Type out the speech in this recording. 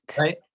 right